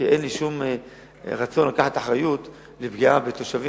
כי אין לי רצון לקחת אחריות על פגיעה בתושבים